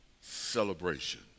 celebration